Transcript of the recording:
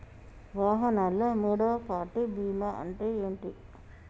వాహనాల్లో మూడవ పార్టీ బీమా అంటే ఏంటి?